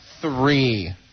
three